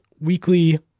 weekly